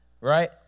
Right